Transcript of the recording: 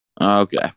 Okay